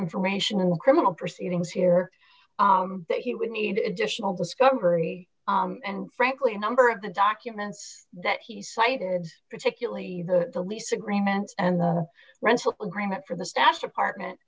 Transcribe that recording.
information in criminal proceedings here that he would need additional discovery and frankly a number of the documents that he cited particularly the lease agreement and the rental agreement for the staff department